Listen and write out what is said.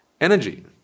energy